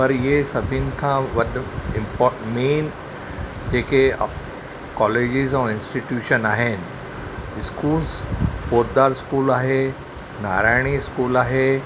पर इहे सभिन खां वॾो मेन जेके कॉलेजिस ऐं इंस्टिट्यूशन आहिनि स्कूल्स पोद्दार स्कूल आहे नारायणी स्कूल आहे